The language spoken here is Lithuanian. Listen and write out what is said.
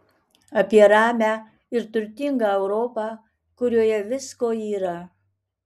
apie ramią ir turtingą europą kurioje visko yra